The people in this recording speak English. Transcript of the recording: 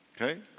Okay